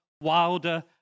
wilder